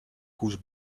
goose